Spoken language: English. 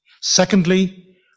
Secondly